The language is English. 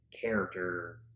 character